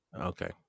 okay